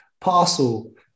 parcel